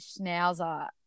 schnauzer